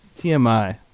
TMI